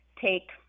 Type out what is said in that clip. take